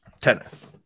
tennis